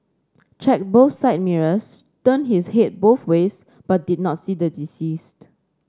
checked both side mirrors turned his head both ways but did not see the deceased